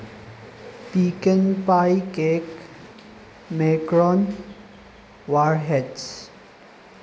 pecan pie cake macaron ꯋꯥꯔꯍꯦꯠꯁ